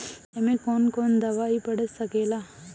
ए में कौन कौन दवाई पढ़ सके ला?